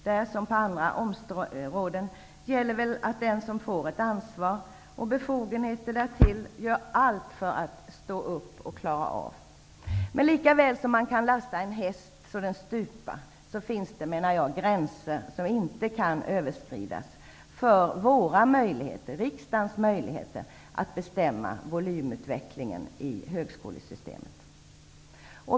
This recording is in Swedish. Där som på andra områden gäller väl att den som får ett ansvar och befogenheter därtill gör allt för att klara av det. Men på samma sätt som man kan lasta en häst så att den stupar, finns det, menar jag, gränser som inte kan överskridas för riksdagens möjligheter att bestämma volymutvecklingen i högskolesystemet.